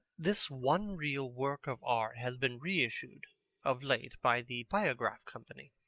this one-reel work of art has been reissued of late by the biograph company.